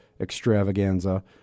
extravaganza